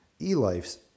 eLife's